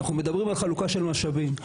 אנחנו מדברים על חלוקה של משאבים.